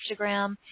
Instagram